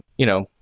you know,